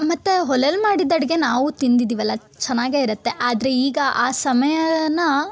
ಮತ್ತು ಒಲೆಲ್ ಮಾಡಿದ ಅಡುಗೆ ನಾವೂ ತಿಂದಿದ್ದೀವಲ್ಲ ಚೆನ್ನಾಗೇ ಇರುತ್ತೆ ಆದರೆ ಈಗ ಆ ಸಮಯನ್ನ